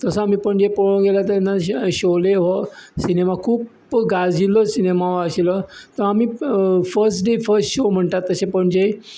तसो आमी पणजे पळोवंक गेल्या तेन्ना शोले हो सिनेमा खूू गाजील्लो सिनेमा हो आशील्लो तो आमी फर्स्ट डे फर्स्ट शो म्हणटात तशें पणजे